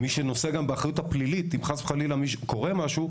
מי שגם נושא באחריות הפלילית אם חס וחלילה קורה משהו,